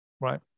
Right